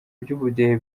by’ubudehe